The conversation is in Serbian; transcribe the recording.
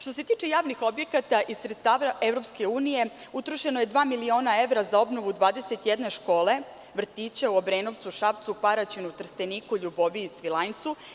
Što se tiče javnih objekata iz sredstava EU utrošeno je dva miliona evra za obnovu 21 škole, vrtića u Obrenovcu, Šapcu, Paraćinu, Trsteniku, Ljuboviji, Svilajncu.